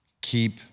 Keep